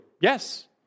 yes